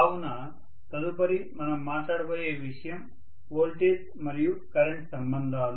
కావున తదుపరి మనం మాట్లాడబోయే విషయం వోల్టేజ్ మరియు కరెంట్ సంబంధాలు